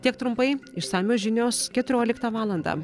tiek trumpai išsamios žinios keturioliktą valandą